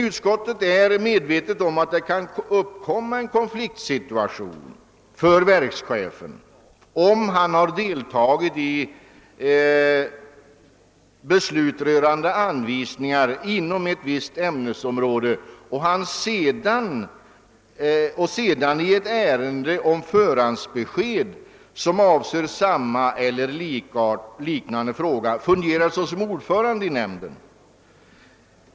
Utskottet är medvetet om att det kan uppkomma en konfliktsituation för verkschefen, om han har deltagit i beslut rörande anvisningar inom ett visst ämnesområde och sedan i ett ärende om förhandsbesked, som avser samma eller liknande fråga, fungerar såsom ordförande i nämnden.